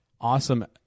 awesome